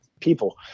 people